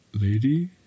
lady